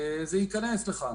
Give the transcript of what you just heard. זה ייכנס אליה.